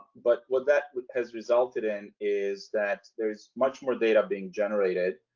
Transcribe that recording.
but what that has resulted in is that, there's much more data being generated,